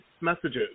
messages